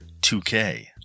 2K